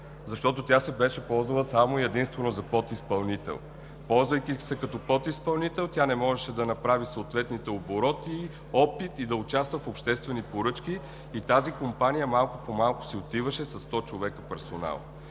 Защото тя се ползваше само и единствено за подизпълнител. Ползвайки се като подизпълнител, тя не можеше да направи съответните обороти, опит, и да участва в обществени поръчки. Тази компания малко по малко си отиваше със 100 човека персонал.